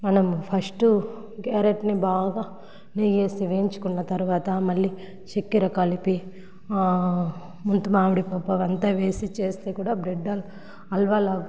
మనము ఫస్ట్ క్యారెట్ని బాగా నెయ్యి వేసి వేయించుకున్న తర్వాత మళ్ళీ చక్కర కలిపి ముంతమామిడి పప్పు అవ్వంతా వేసి చేస్తే కూడా బ్రెడ్ హాల్వా లాగా